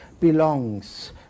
belongs